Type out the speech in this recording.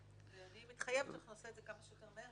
אני מתחייבת שנעשה את זה כמה שיותר מהר,